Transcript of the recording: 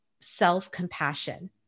self-compassion